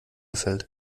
fällt